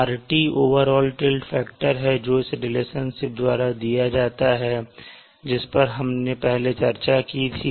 rt overall tilt factor जो इस relationship द्वारा दिया जाता है जिस पर हमने पहले चर्चा की थी